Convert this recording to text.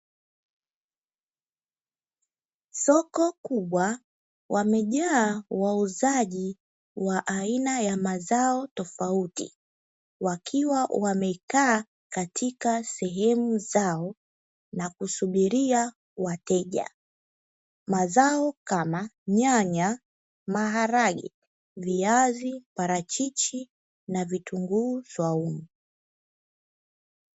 Soko kubwa wamejaa wauzaji wa aina ya mazao tofauti, wakiwa wamekaa katika sehemu zao, na kusubiria wateja. Mazao kama nyanya, maharagwe, viazi, parachichi na vitunguu swaumu.